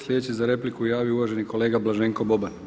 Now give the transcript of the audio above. Sljedeći za repliku se javio uvaženi kolega Blaženko Boban.